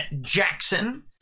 Jackson